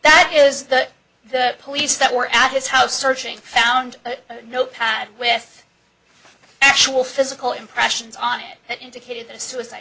that is that the police that were at his house searching found no pad with actual physical impressions on it that indicated the suicide